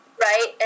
right